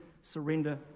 surrender